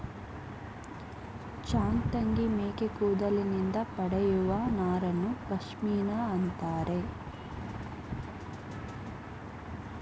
ಚಾಂಗ್ತಂಗಿ ಮೇಕೆ ಕೂದಲಿನಿಂದ ಪಡೆಯುವ ನಾರನ್ನು ಪಶ್ಮಿನಾ ಅಂತರೆ